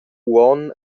uonn